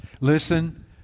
Listen